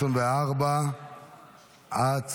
התשפ"ה 2024. הצבעה.